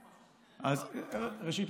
ראשית,